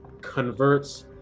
converts